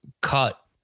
cut